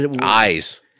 Eyes